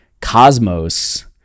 Cosmos